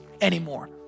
anymore